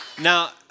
Now